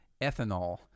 ethanol